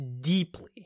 deeply